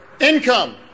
income